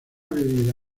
bebida